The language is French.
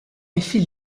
effet